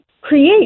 create